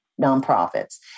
nonprofits